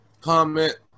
comment